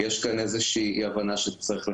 יש כאן איזו שהיא אי הבנה שצריך לחדד.